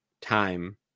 time